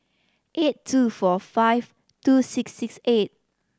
eight two four five two six six eight